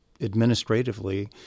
administratively